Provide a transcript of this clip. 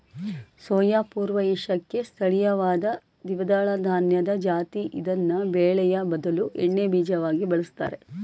soya ಪೂರ್ವ ಏಷ್ಯಾಕ್ಕೆ ಸ್ಥಳೀಯವಾದ ದ್ವಿದಳಧಾನ್ಯದ ಜಾತಿ ಇದ್ನ ಬೇಳೆಯ ಬದಲು ಎಣ್ಣೆಬೀಜವಾಗಿ ಬಳುಸ್ತರೆ